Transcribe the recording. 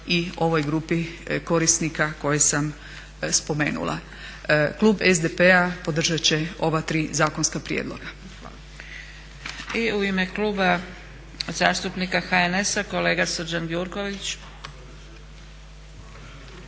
i ovoj grupi korisnika koje sam spomenula. Klub SDP-a podržat će ova tri zakonska prijedloga.